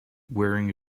wearing